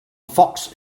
fox